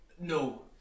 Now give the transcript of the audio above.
No